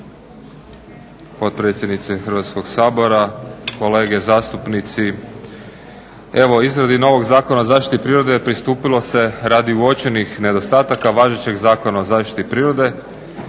Hrvatskog sabora, kolege zastupnici. Evo u izradi novog Zakona o zaštiti prirode pristupilo se radi uočenih nedostataka važećeg zakona o zaštiti prirode